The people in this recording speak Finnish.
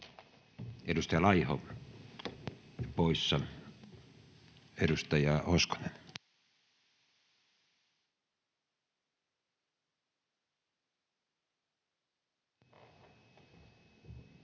Edustaja Laiho, poissa. — Edustaja Hoskonen.